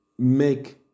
make